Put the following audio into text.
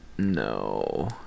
no